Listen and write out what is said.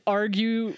argue